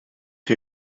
chi